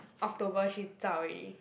October she zao already